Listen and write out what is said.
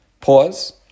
pause